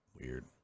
weird